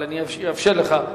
אבל אני אאפשר לך.